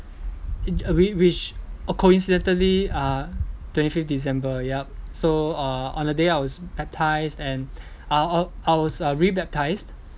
in uh which which coincidentally uh twenty fifth december yup so uh on that day I was baptised and uh I was I was uh rebaptised